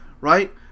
right